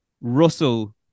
Russell